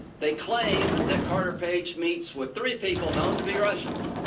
they claim that carter page meets with three people known to be russians.